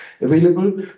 available